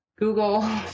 Google